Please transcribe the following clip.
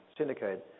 syndicate